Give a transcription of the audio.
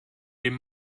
dem